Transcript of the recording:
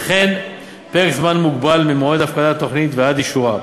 וכן פרק זמן מוגבל ממועד הפקדת התוכנית ועד אישורה,